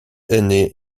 aîné